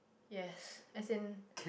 yes as in